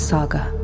Saga